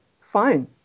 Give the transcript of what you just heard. Fine